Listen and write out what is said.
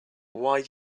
why